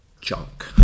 junk